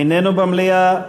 איננו במליאה.